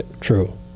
True